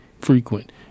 frequent